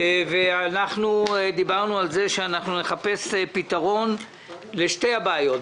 דיברנו על כך שנחפש פתרון לשתי הבעיות.